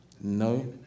No